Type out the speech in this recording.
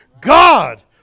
God